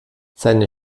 seine